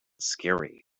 scary